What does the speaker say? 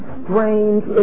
strange